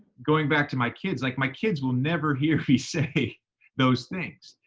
going back to my kids, like, my kids will never hear me say those things.